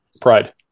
Pride